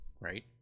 right